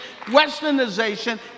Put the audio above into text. westernization